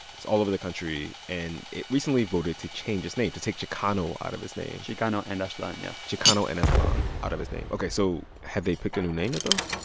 it's all over the country. and it recently voted to change its name to take chicano out of its name chicano and aztlan, yeah chicano and aztlan out of its name. ok. so have they picked a new name yet, though?